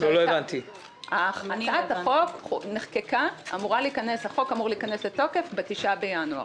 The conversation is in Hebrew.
החוק אמור להיכנס לתוקף ב-9 בינואר.